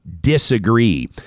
disagree